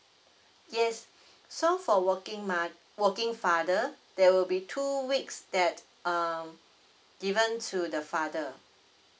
yes so for working mother working father there will be two weeks that uh given to the father